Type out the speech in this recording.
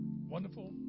wonderful